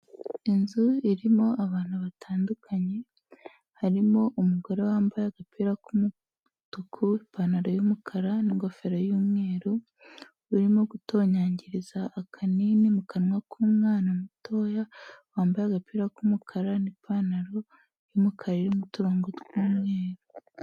Inzu irimo abantu batandukanye, harimo umugore wambaye agapira k'umutuku, ipantaro y'umukara n'ingofero y'umweru, urimo gutonyangiriza akanini mu kanwa k'umwana mutoya, wambaye agapira k'umukara n'ipantaro y'umukara irimo uturongo tw'umweru.